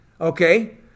Okay